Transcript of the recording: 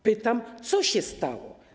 Pytam, co się stało.